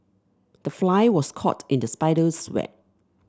the fly was caught in the spider's web